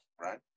right